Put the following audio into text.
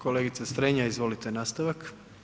Kolegica Strenja, izvolite nastavak.